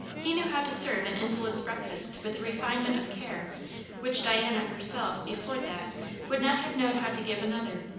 he knew how to serve an invalid's breakfast with a refinement of care which diana herself before that would not have known how to give another,